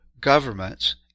governments